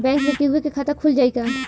Bank में केहूओ के खाता खुल जाई का?